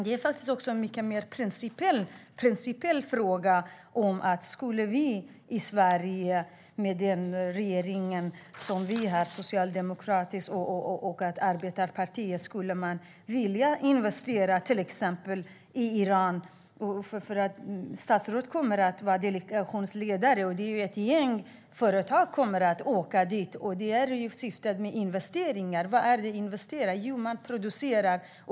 Det är en principiell fråga om Sverige med vår socialdemokratiska regering skulle vilja investera i till exempel Iran. Statsrådet kommer ju att vara delegationsledare, och ett gäng företag kommer att åka dit. Syftet med investeringar är att producera.